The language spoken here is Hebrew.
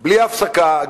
בלי הפסקה,